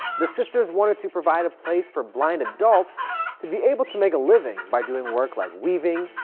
the sisters wanted to provide a place for blind adults to be able to make a living by doing work like weaving,